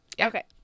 Okay